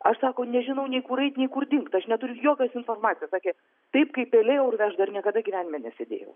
aš sako nežinau nei kur eit nei kur dingt aš neturiu jokios informacijos sakė taip kaip pelė urve aš dar niekada gyvenime nesėdėjau